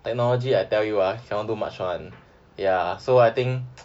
technology I tell you ah can't do much [one] ya so I think